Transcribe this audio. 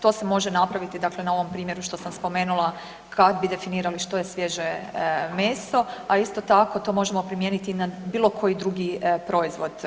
To se može napraviti dakle na ovom primjeru što sam spomenula kad bi definirali što je svježe meso, a isto tako to možemo primijeniti i na bilo koji drugi proizvod.